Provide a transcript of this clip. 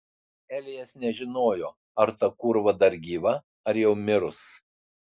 elijas nežinojo ar ta kūrva dar gyva ar jau mirus